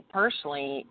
personally